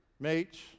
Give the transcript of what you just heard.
mates